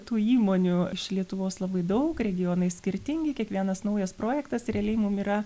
tų įmonių iš lietuvos labai daug regionai skirtingi kiekvienas naujas projektas realiai mum yra